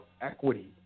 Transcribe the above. Equity